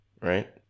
right